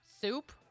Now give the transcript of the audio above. Soup